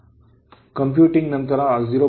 computing ನಂತರ 0